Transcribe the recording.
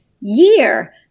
year